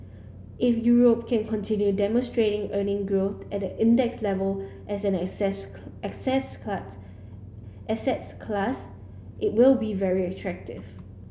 if Europe can continue demonstrating earning growth at index level as an asset asset cat asset class it will be very attractive